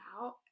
out